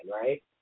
right